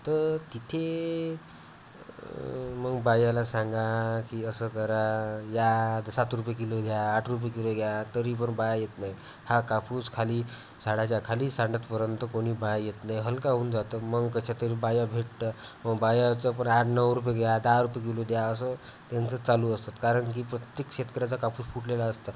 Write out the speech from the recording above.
तर तिथे मग बायाला सांगा की असं करा या सात रुपये किलो घ्या आठ रुपये किलो घ्या तरी पण बाया येत नाही हा कापूस खाली साडाच्या खाली सांडतपर्यंत कोणी बाया येत नाही हलका होऊन जातं मग कशातरी बाया भेटतं मग बायाचं पण आठ नऊ रुपये घ्या दहा रुपये किलो द्या असं त्यांचं चालू असतं कारण की प्रत्येक शेतकऱ्याचा कापूस फुटलेला असतं